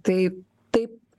tai tai